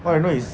all I know is